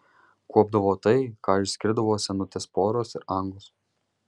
kuopdavo tai ką išskirdavo senutės poros ir angos